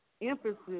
emphasis